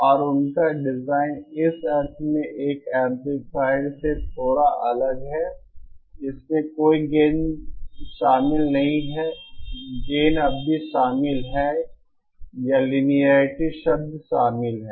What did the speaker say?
और उनका डिज़ाइन इस अर्थ में एक एम्पलीफायर से थोड़ा अलग है कि इसमें कोई गेन शामिल नहीं है गेन अवधि शामिल है या लिनियेरिटी शब्द शामिल है